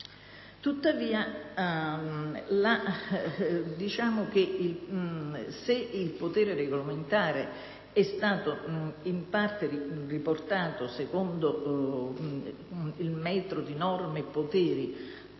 Tuttavia, se il potere regolamentare è stato in parte riportato, secondo il metro di norme e poteri,